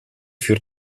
für